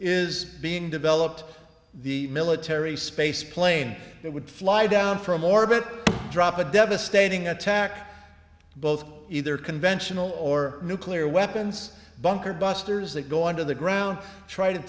is being developed the military space plane that would fly down from orbit drop a devastating attack both either conventional or nuclear weapons bunker busters that go under the ground try to